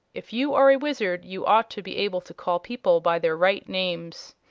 if you are a wizard you ought to be able to call people by their right names.